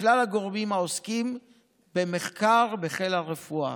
כלל הגורמים העוסקים במחקר בחיל הרפואה.